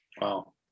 Wow